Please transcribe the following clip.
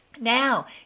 Now